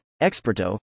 experto